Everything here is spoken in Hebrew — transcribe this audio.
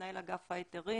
מנהל אגף ההיתרים,